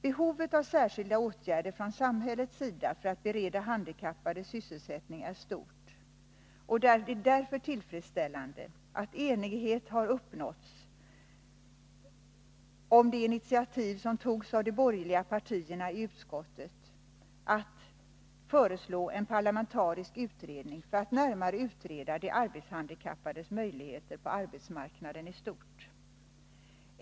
Behovet av särskilda åtgärder från samhällets sida för att bereda handikappade sysselsättning är stort, och det är därför tillfredsställande att enighet har uppnåtts om det initiativ som togs av de borgerliga partierna i utskottet för att föreslå en parlamentarisk utredning för att närmare utreda de arbetshandikappades möjligheter på arbetsmarknaden i stort.